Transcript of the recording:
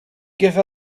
give